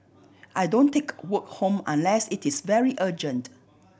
I don't take work home unless it is very urgent